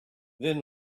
then